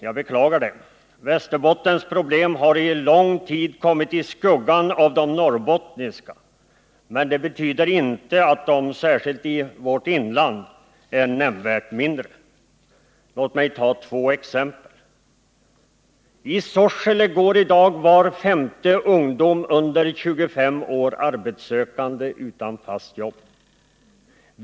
Jag beklagar det. Västerbottens problem har under en lång tid kommit i skuggan av de norrbottniska problemen. Men det betyder inte att de — särskilt i vårt inland — är nämnvärt mindre. Låt mig ta två exempel. I Sorsele går i dag var femte ungdom under 25 år arbetssökande, utan fast jobb.